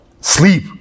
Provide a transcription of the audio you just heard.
sleep